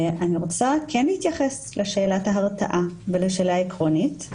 אני רוצה כן להתייחס לשאלת ההרתעה ולשאלה העקרונית,